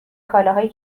کالاهایی